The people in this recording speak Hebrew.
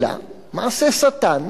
אלא, מעשה שטן,